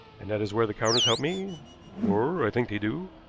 and that is where the counters help me or i think they do.